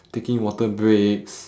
taking water breaks